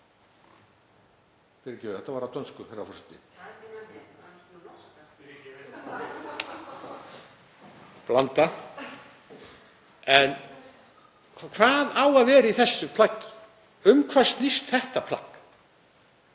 Blanda. En hvað á að vera í þessu plaggi? Um hvað snýst þetta plagg?